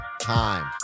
time